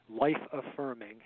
life-affirming